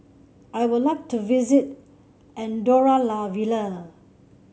I would like to visit Andorra La Vella